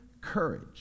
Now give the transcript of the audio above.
courage